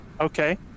Okay